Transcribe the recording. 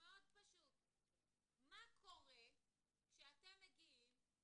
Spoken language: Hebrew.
מה קורה כשאתם מגיעים,